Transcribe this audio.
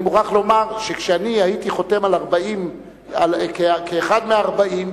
אני מוכרח לומר שכשאני הייתי חותם כאחד מ-40,